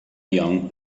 young